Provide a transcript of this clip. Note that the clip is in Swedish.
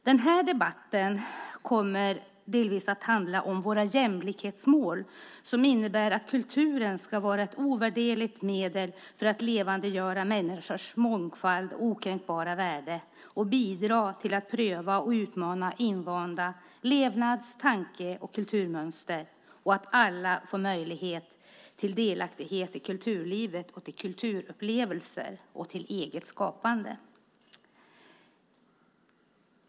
Den här debatten kommer delvis att handla om våra jämlikhetsmål, som innebär att kulturen ska vara ett ovärderligt medel för att levandegöra människors mångfald och okränkbara värde och bidra till att pröva och utmana invanda levnads-, tanke och kulturmönster och att alla ska få möjlighet till delaktighet i kulturlivet, till kulturupplevelser och till eget skapande.